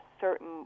certain